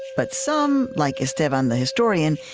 but some, like estevan the historian,